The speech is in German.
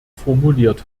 formuliert